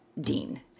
Dean